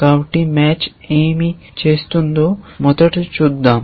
కాబట్టి మ్యాచ్ ఏమి చేస్తుందో మొదట చూద్దాం